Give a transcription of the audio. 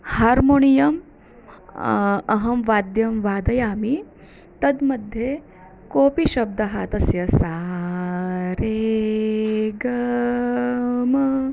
harmonium अहं वाद्यं वादयामि तत् मध्ये कोपि शब्दः तस्य सारिगम